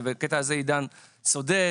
ובקטע הזה עידן צודק,